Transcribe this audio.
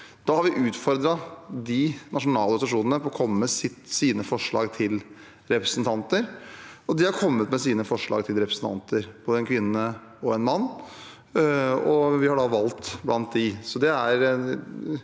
kommer. Vi utfordret de nasjonale organisasjonene til å komme med sine forslag til representanter. De har kommet med sine forslag til representanter, både en kvinne og en mann, og vi har da valgt blant dem.